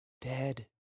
dead